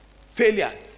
Failure